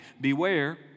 beware